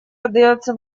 отдается